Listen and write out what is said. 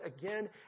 again